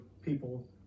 people